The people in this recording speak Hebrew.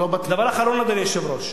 ודבר אחרון, אדוני היושב-ראש,